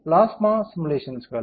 plasma சிமுலேஷன்ஸ்கள்